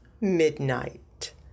Midnight